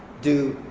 do